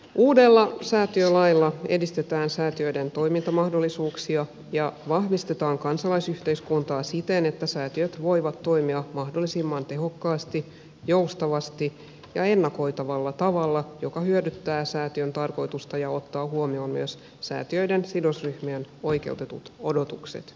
uudella säätiölailla edistetään säätiöiden toimintamahdollisuuksia ja vahvistetaan kansalaisyhteiskuntaa siten että säätiöt voivat toimia mahdollisimman tehokkaasti joustavasti ja ennakoitavalla tavalla joka hyödyttää säätiön tarkoitusta ja ottaa huomioon myös säätiöiden sidosryhmien oikeutetut odotukset